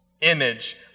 image